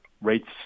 rates